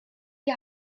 die